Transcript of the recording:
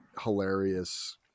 hilarious